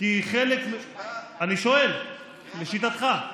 אני שואל, לשיטתך.